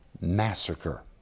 massacre